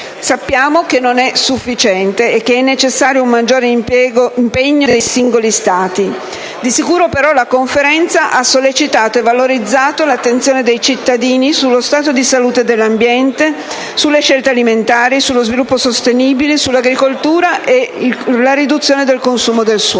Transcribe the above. Sappiamo che non è sufficiente e che è necessario un maggiore impegno dei singoli Stati. Di sicuro, però, la Conferenza ha sollecitato e valorizzato l'attenzione dei cittadini sullo stato di salute dell'ambiente, sulle scelte alimentari, sullo sviluppo sostenibile, sull'agricoltura e sulla riduzione del consumo del suolo.